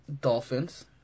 Dolphins